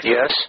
Yes